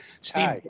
Steve